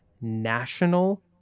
national